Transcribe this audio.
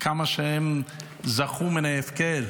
כמה שהם זכו מן ההפקר,